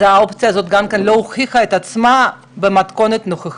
אז האופציה הזאת גם כן לא הוכיחה את עצמה במתכונת הנוכחית.